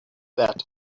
that